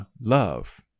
love